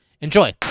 Enjoy